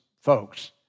folks